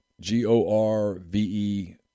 G-O-R-V-E